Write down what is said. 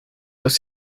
los